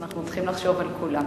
אנחנו צריכים לחשוב על כולם.